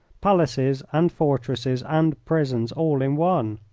palaces, and fortresses, and prisons all in one.